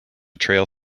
trail